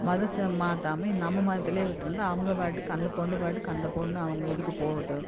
மத ச மாற்றாகம நம்ம மதத்துல விட்டுருந்தா அவங்க பாட்டுக்கு அந்த பொண்ணு பாட்டுக்கு அந்த பொண்ணு அவங்க இதுக்கு போகட்டும்